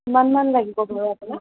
কিমানমান লাগিব বাৰু আপোনাক